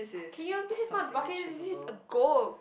this is not the bucket list this is a goal